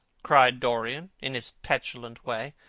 cried dorian in his petulant way,